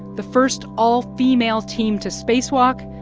the first all-female team to spacewalk,